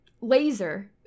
Laser